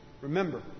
remember